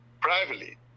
privately